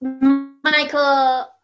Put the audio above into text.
Michael